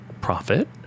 profit